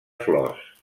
flors